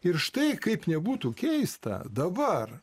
ir štai kaip nebūtų keista dabar